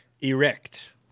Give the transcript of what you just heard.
erect